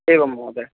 एवं महोदय